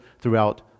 throughout